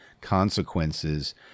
consequences